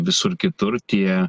visur kitur tie